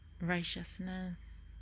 righteousness